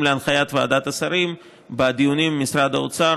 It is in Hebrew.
להנחיית ועדת השרים בדיונים עם משרד האוצר,